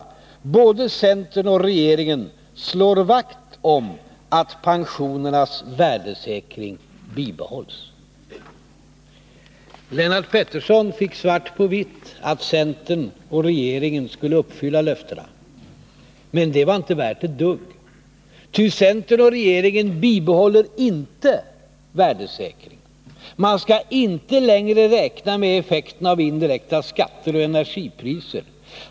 Både centern och regeringen slår vakt om att pensionernas värdesäkring bibehålls.” Lennart Pettersson fick svart på vitt på att centern och regeringen skulle uppfylla löftena. Men det var inte värt ett dugg. Ty centern och regeringen bibehåller inte värdesäkringen. Man skall inte längre räkna med effekten av indirekta skatter och energipriser.